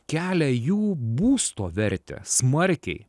kelia jų būsto vertę smarkiai